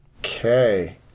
Okay